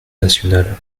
nationale